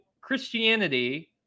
Christianity